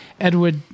Edward